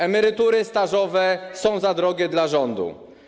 Emerytury stażowe są za drogie dla rządu.